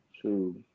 True